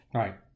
right